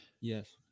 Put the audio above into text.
yes